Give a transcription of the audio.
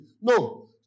No